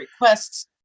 requests